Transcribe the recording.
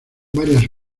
varias